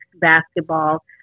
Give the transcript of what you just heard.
basketball